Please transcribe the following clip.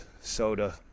soda